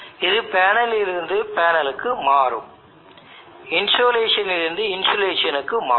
இது பேனலில் இருந்து பேனலுக்கு மாறும் இன்சோலேஷனில் இருந்து insulation க்கு மாறும்